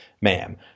ma'am